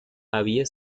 había